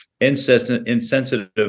insensitive